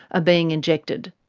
ah being injected.